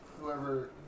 whoever